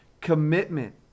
Commitment